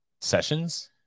sessions